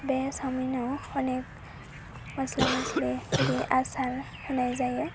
बे सावमिनाव अनेग मस्ला मस्लि होदेर आसार होनाय जायो